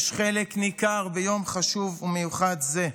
יש חלק ניכר ביום חשוב ומיוחד זה.